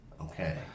Okay